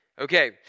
Okay